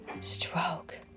stroke